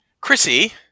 Chrissy